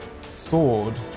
sword